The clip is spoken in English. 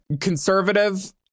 Conservative